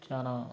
చాలా